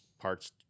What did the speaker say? parts